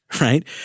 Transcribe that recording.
right